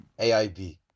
aib